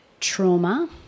trauma